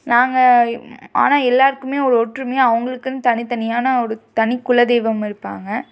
நாங்கள் ஆனால் எல்லோருக்குமே ஒரு ஒற்றுமையாக அவங்குளுக்குனு தனித்தனியான ஒரு தனிக்குலதெய்வம் இருப்பாங்க